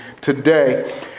today